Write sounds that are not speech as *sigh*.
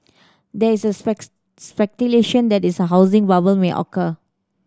there is a *unintelligible* speculation that is a housing bubble may occur